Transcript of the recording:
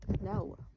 No